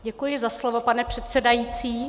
Děkuji za slovo, pane předsedající.